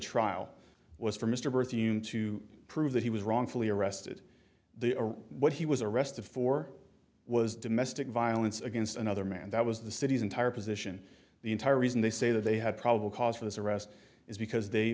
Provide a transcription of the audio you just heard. trial was for mr murthy to prove that he was wrongfully arrested they are what he was arrested for was domestic violence against another man that was the city's entire position the entire reason they say that they had probable cause for his arrest is because they